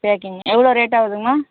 packing எவ்வளோ rate ஆகுதுங்கம்மா